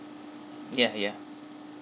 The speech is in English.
ya ya